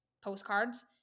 postcards